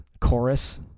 chorus